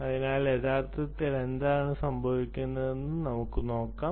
അതിനാൽ യഥാർത്ഥത്തിൽ എന്താണ് സംഭവിക്കുന്നതെന്ന് നമുക്ക് നോക്കാം